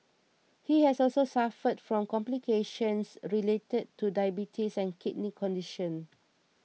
he had also suffered from complications related to diabetes and a kidney condition